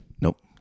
Nope